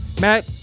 Matt